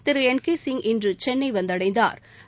திரு N K Singh இன்று சென்னை வந்தடைந்தாா்